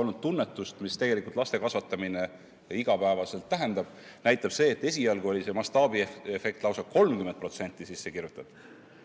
olnud tunnetust, mida tegelikult laste kasvatamine igapäevaselt tähendab, näitab see, et esialgu oli see mastaabiefekt lausa 30% sisse kirjutatud.